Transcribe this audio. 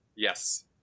Yes